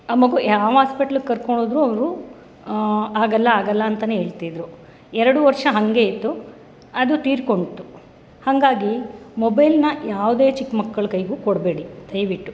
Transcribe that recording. ಆ ಮಗು ಯಾವ ಆಸ್ಪಿಟಲ್ಗೆ ಕರ್ಕೊಂಡೋದ್ರೂ ಅವರು ಆಗಲ್ಲ ಆಗಲ್ಲ ಅಂತಲೇ ಹೇಳ್ತಿದ್ರು ಎರಡು ವರ್ಷ ಹಾಗೆ ಇತ್ತು ಅದು ತೀರ್ಕೊಳ್ತು ಹಾಗಾಗಿ ಮೊಬೆಲ್ನ ಯಾವುದೇ ಚಿಕ್ಕ ಮಕ್ಕಳ ಕೈಗೂ ಕೊಡಬೇಡಿ ದಯವಿಟ್ಟು